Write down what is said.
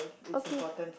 okay